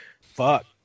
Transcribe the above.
Fuck